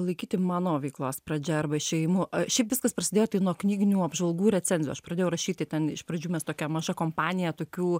laikyti mano veiklos pradžia arba išėjimu e šiaip viskas prasidėjo nuo knyginių apžvalgų recenzijų aš pradėjau rašyti ten iš pradžių mes tokia maža kompanija tokių